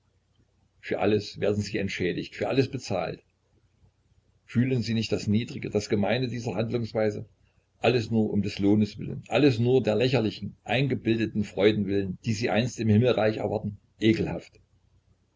für alles werden sie entschädigt für alles bezahlt fühlen sie nicht das niedrige das gemeine dieser handlungsweise alles nur um des lohnes willen alles um der lächerlichen eingebildeten freuden willen die sie einst im himmelreich erwarten ekelhaft